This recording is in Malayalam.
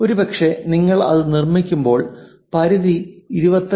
ഒരുപക്ഷേ നിങ്ങൾ അത് നിർമ്മിക്കുമ്പോൾ പരിധി 25